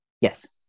Yes